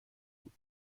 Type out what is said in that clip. بود